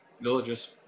villages